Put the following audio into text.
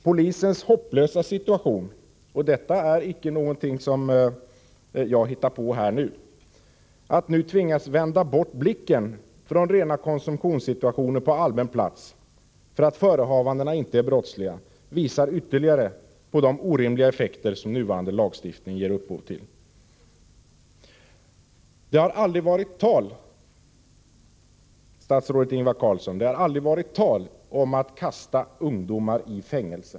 Polisens hopplösa situation — och detta är icke någonting som jag hittar på nu — att tvingas vända bort blicken från rena konsumtionssituationer på allmän plats för att förehavandena inte är brottsliga visar ytterligare på de orimliga effekter som nuvarande lagstiftning ger upphov till. Det har aldrig varit tal om, statsrådet Ingvar Carlsson, att kasta ungdomar i fängelse.